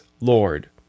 Lord